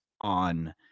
on